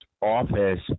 office